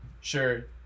sure